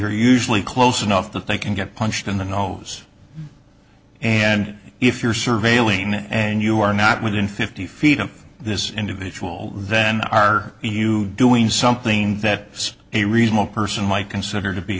are usually close enough that they can get punched in the homes and if you're surveilling and you are not within fifty feet of this individual then are you doing something that a reasonable person might consider to be